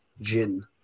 Jin